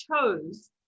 chose